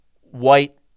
white